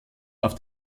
auf